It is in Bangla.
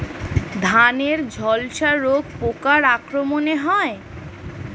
ধানের ঝলসা রোগ পোকার আক্রমণে হয়?